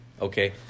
okay